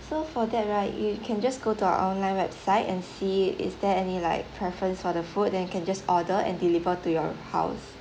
so for that right you can just go to our online website and see is there any like preference for the food then you can just order and deliver to your house